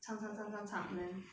唱唱唱唱唱 then